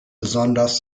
besonders